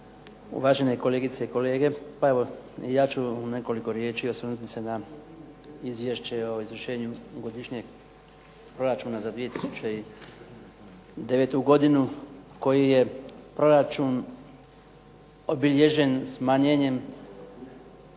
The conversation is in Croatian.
uvažene kolegice i kolege. Pa evo ja ću u nekoliko riječi osvrnuti se na Izvješće o izvršenju godišnjeg proračuna za 2009. godinu koji je proračun obilježen smanjenjem